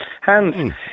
hands